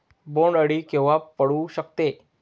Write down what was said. बोंड अळी केव्हा पडू शकते?